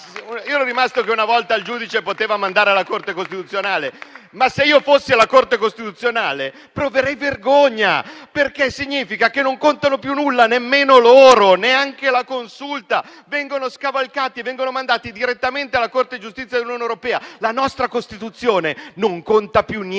Ero rimasto che una volta il giudice poteva mandare alla Corte costituzionale. Se io fossi alla Corte costituzionale, proverei vergogna, perché significa che non contano più nulla nemmeno la Consulta; viene scavalcata e si va direttamente alla Corte di giustizia dell'Unione europea. La nostra Costituzione non conta più niente